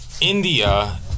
India